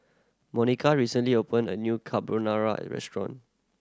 Monika recently opened a new Carbonara Restaurant